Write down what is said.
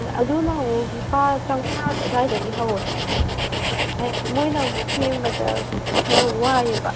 ꯑꯗꯨꯅ ꯑꯃꯨꯛ ꯂꯨꯄꯥ ꯆꯥꯃꯉꯥ ꯑꯗꯥꯏꯗꯒꯤ ꯍꯧꯏ ꯃꯣꯏꯅ ꯑꯃꯨꯛ ꯁꯦꯝꯕꯗ ꯈꯔ ꯋꯥꯏꯌꯦꯕ